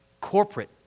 Corporate